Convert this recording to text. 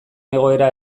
egoera